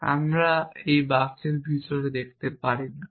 এবং আমরা বাক্যের ভিতরে দেখতে পারি না